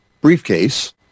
briefcase